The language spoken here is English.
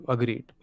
Agreed